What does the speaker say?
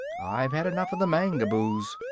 i've had enough of the mangaboos.